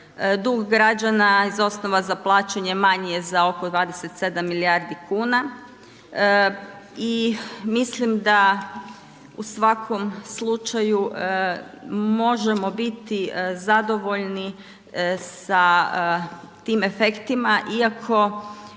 dug građana iz osnova za plaćanje manji je za oko 27 milijardi kuna i mislim da u svakom slučaju možemo biti zadovoljni sa tim efektima iako